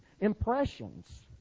impressions